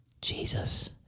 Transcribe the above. Jesus